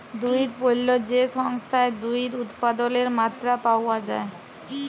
দুহুদ পল্য যে সংস্থায় দুহুদ উৎপাদলের মাত্রা পাউয়া যায়